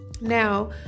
Now